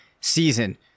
season